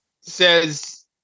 says